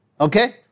Okay